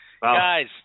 Guys